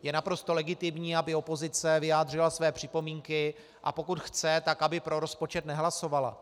Je naprosto legitimní, aby opozice vyjádřila své připomínky, a pokud chce, aby pro rozpočet nehlasovala.